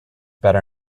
better